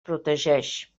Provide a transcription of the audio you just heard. protegeix